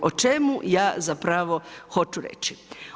O čemu ja zapravo hoću reći?